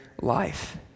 life